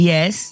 Yes